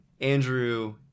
Andrew